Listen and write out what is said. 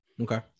Okay